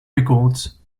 records